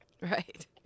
Right